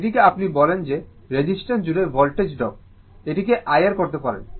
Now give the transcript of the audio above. এটাকে আপনি বলেন যে রেজিস্ট্যান্স জুড়ে ভোল্টেজ ড্রপ এটিকে I R করতে পারেন